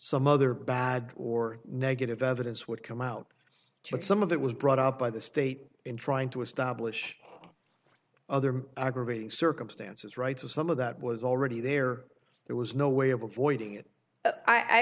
some other bad or negative evidence would come out but some of that was brought up by the state in trying to establish other aggravating circumstances rights of some of that was already there there was no way of avoiding it